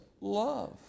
love